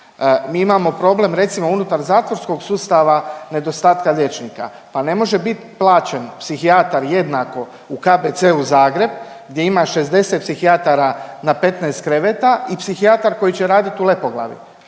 mi imamo problem recimo unutar zatvorskog sustava nedostatka liječnika, pa ne može bit plaćen psihijatar jednako u KBC-u Zagreb gdje ima 60 psihijatara na 15 kreveta i psihijatar koji će radit u Lepoglavi.